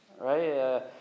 right